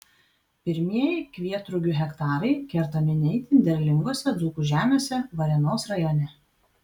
pirmieji kvietrugių hektarai kertami ne itin derlingose dzūkų žemėse varėnos rajone